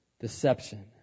deception